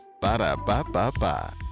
Ba-da-ba-ba-ba